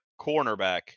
cornerback